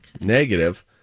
Negative